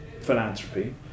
philanthropy